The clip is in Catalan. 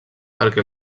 perquè